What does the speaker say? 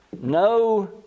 no